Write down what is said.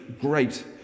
great